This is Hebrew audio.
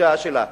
בגישה שלה,